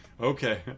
okay